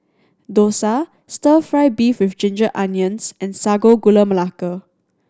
dosa Stir Fry beef with ginger onions and Sago Gula Melaka